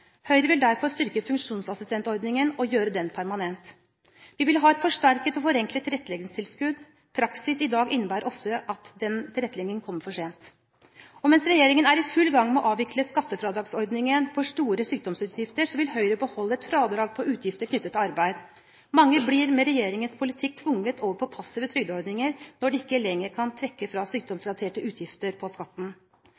Høyre vil derfor styrke funksjonsassistentordningen og gjøre den permanent. Vi vil ha et forsterket og forenklet tilretteleggingstilskudd. Praksis i dag innebærer ofte at den tilretteleggingen kommer for sent. Mens regjeringen er i full gang med å avvikle skattefradragsordningen for store sykdomsutgifter, vil Høyre beholde et fradrag for utgifter knyttet til arbeid. Mange blir med regjeringens politikk tvunget over på passive trygdeordninger når de ikke lenger kan trekke fra